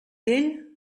vell